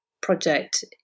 project